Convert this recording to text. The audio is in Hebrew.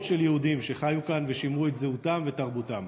של יהודים שחיו כאן ושימרו את זהותם ותרבותם.